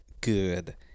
good